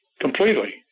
completely